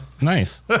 Nice